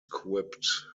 quipped